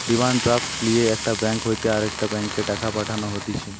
demand draft লিয়ে একটা bank হইতে আরেকটা ব্যাংকে টাকা পাঠানো হতিছে